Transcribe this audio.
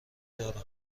داره